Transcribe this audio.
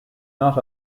not